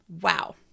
Wow